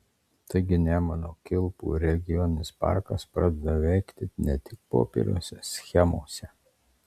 taigi nemuno kilpų regioninis parkas pradeda veikti ne tik popieriuose schemose